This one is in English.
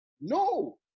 No